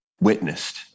witnessed